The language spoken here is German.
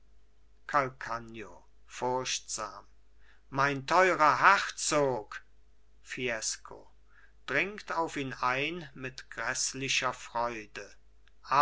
calcagno furchtsam mein teurer herzog fiesco dringt auf ihn ein mit gräßlicher freude